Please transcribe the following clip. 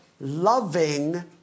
loving